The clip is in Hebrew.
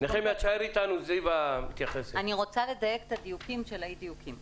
אני רוצה לדייק את הדיוקים של האי דיוקים.